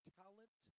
talent